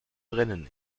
brennen